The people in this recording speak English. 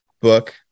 book